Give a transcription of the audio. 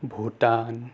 Bhutan